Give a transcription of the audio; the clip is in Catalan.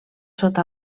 sota